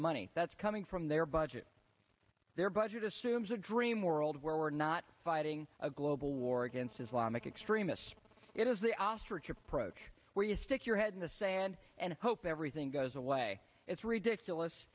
money that's coming from their budget their budget assumes a dream world where we're not fighting a global war against islamic extremists it is the ostrich approach where you stick your head in the sand and hope everything goes away it's ridiculous